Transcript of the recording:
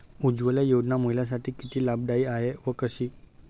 उज्ज्वला योजना महिलांसाठी किती लाभदायी आहे व कशी?